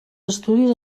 estudis